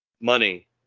money